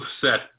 set